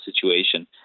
situation